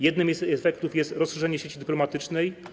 Jednym z efektów jest rozszerzenie sieci dyplomatycznej.